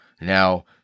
Now